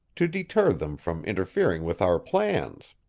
to deter them from interfering with our plans.